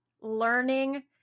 learning